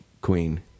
Queen